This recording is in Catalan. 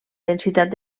densitat